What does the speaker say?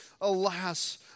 Alas